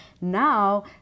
Now